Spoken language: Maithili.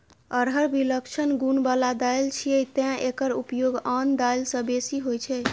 अरहर विलक्षण गुण बला दालि छियै, तें एकर उपयोग आन दालि सं बेसी होइ छै